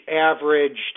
averaged